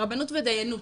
הרבנות והדיינות,